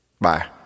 Bye